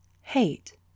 Hate